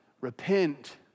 repent